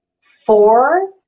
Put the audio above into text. Four